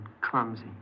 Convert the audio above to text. clumsy